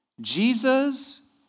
Jesus